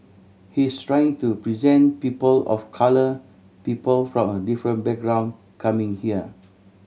he's trying to present people of colour people from a different background coming here